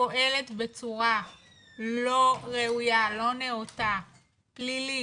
שפועלת בצורה לא ראויה, לא נאותה, פלילית,